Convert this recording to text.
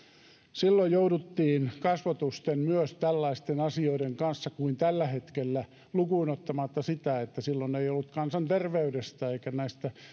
silloin jouduttiin kasvotusten myös tällaisten asioiden kanssa kuin tällä hetkellä lukuun ottamatta sitä että silloin ei ollut kansanterveydestä eikä